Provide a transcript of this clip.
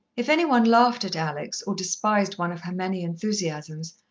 if any one laughed at alex, or despised one of her many enthusiasms,